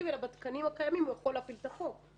אלא בתקנים הקיימים הוא יכול להפעיל את הכול.